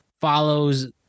follows